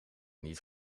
niet